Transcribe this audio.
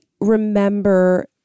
remember